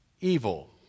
evil